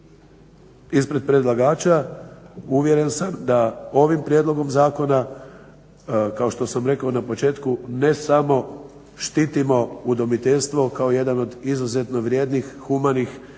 Ispred predlagača uvjeren sam da ovim prijedlogom zakona kao što sam rekao na početku ne samo štitimo udomiteljstvo kao jedan od izuzetno vrijednih, humanih i